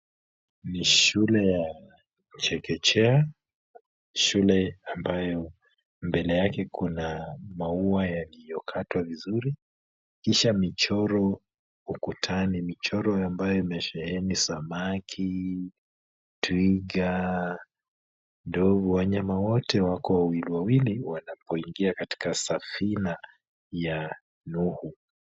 Ni shule ya chekechea, shule ambayo mbele yake kuna maua aliyokatwa vizuri, kisha michoro ukutani, michoro ambayo imesheheni samaki, twiga, ndovu, wanyama wote wako wawili wanapoingia katika safina ya Nuhu.